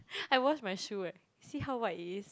I wash my shoe eh see how white it is